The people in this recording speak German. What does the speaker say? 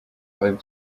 reihen